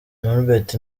norbert